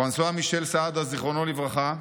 פרנסואה מישל סעדה, זיכרונו לברכה,